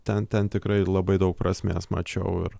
ten ten tikrai labai daug prasmės mačiau ir